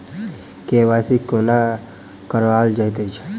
KYC कोना कराओल जाइत अछि?